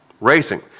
Racing